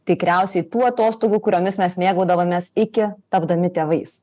tikriausiai tų atostogų kuriomis mes mėgaudavomės iki tapdami tėvais